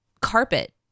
carpet